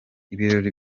ibirori